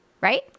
right